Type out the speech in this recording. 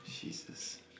Jesus